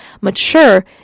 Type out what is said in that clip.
mature